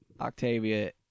Octavia